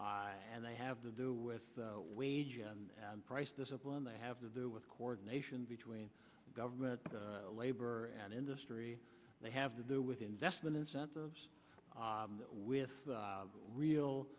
and they have to do with wage and price discipline they have to do with coordination between government labor and industry they have to do with investment incentives with real